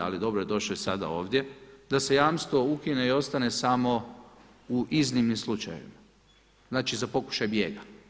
Ali dobro je došao sada i ovdje da se jamstvo ukine i ostane samo u iznimnim slučajevima, znači za pokušaj bijega.